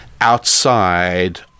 outside